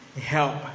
help